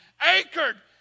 anchored